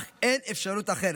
אך אין אפשרות אחרת.